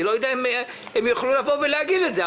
אני לא יודע אם הם יוכלו לבוא ולהגיד את זה,